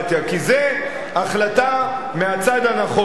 כי זה החלטה מהצד הנכון.